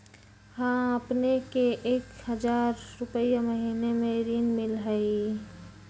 हां अपने के एक हजार रु महीने में ऋण मिलहई?